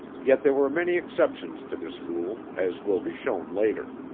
yet there were many exceptions to this rule, as will be shown later.